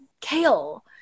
kale